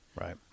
Right